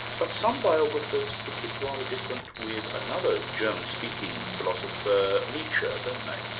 but some biographers think it's rather different with another german-speaking philosopher, nietzsche, don't they?